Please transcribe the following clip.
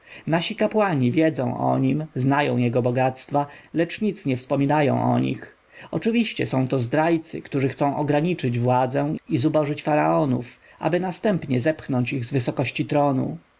nasi kapłani wiedzą o nim znają jego bogactwa lecz nic nie wspominają o nich oczywiście są to zdrajcy którzy chcą ograniczyć władzę i zubożyć faraonów aby następnie zepchnąć ich z wysokości tronu